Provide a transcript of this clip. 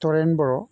थरेन बर'